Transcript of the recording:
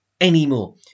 anymore